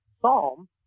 psalm